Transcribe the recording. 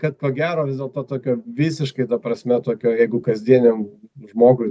kad ko gero vis dėlto tokio visiškai ta prasme tokio jeigu kasdieniam žmogui